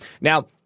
Now